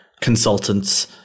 consultant's